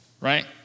right